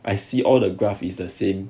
I see all the graph is the same